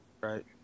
right